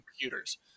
computers